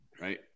right